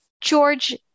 George